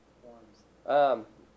forms